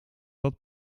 dat